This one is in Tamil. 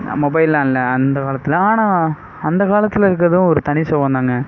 மொபைலெலாம் இல்லை அந்த காலத்தில் ஆனால் அந்த காலத்தில் இருக்கிறதும் ஒரு தனி சுகம்தாங்க